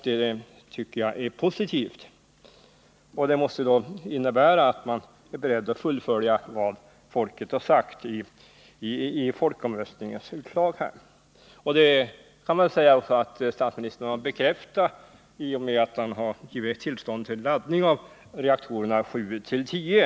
Det är positivt, och det måste innebära att centerpartiet är berett att följa det alternativ som folket har sagt jatilli folkomröstningen. Man kan säga att statsministern också har bekräftat det i och med att han givit tillstånd till laddning av reaktorerna 7-10.